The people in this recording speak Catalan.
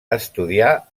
estudià